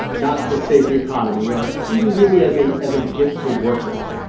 not to save the economy or or even really as a as a gift to workers.